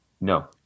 No